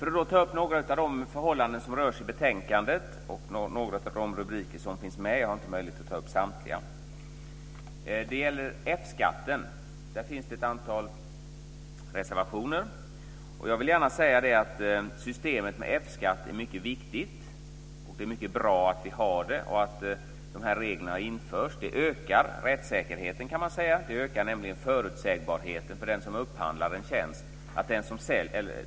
Jag ska ta upp några av de förhållanden som berörs i betänkandet och några av de rubriker som finns med. Jag har inte möjlighet att ta upp samtliga. När det gäller F-skatten finns det ett antal reservationer. Systemet med F-skatt är mycket viktigt. Det är mycket bra att vi har det och att reglerna har införts. Det ökar rättssäkerheten, kan man säga. Det ökar nämligen förutsägbarheten för den som upphandlar en tjänst.